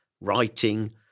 writing